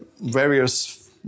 various